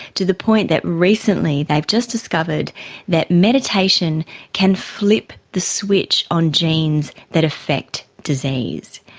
to the point that recently they've just discovered that meditation can flip the switch on genes that affect disease.